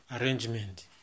arrangement